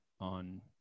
on